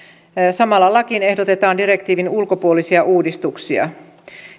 samalla lakiin ehdotetaan direktiivin ulkopuolisia uudistuksia